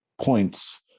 points